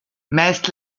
meist